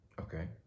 Okay